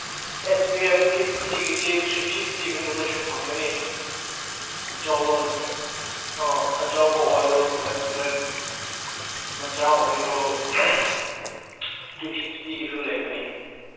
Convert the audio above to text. ꯑꯦꯁ P F ꯐꯤꯞꯇꯤꯒꯤꯁꯤ three ꯐꯤꯞꯇꯤꯒꯨꯝꯕꯗꯁꯨ ꯐꯪꯒꯅꯤ ꯑꯆꯧꯕ ꯑ ꯑꯆꯧꯕ ꯑꯣꯏꯔꯣ ꯐꯥꯏꯕ ꯍꯟꯗ꯭ꯔꯦꯠ ꯃꯆꯥ ꯑꯣꯏꯔꯣ ꯇꯨ ꯐꯤꯞꯇꯤꯒꯤꯁꯨ ꯂꯩꯕꯅꯤ